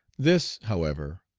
this, however,